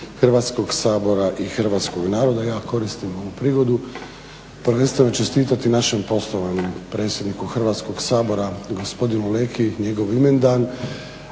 Hrvatskog sabora i Hrvatskog naroda. Ja koristim ovu prigodu i želim čestitati našem poštovanom predsjedniku Hrvatskog sabora, gospodinu Leki njegov imendan,